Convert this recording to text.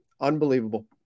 Unbelievable